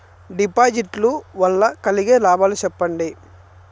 డిపాజిట్లు లు వల్ల కలిగే లాభాలు సెప్పండి?